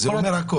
זה אומר הכול.